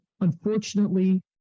unfortunately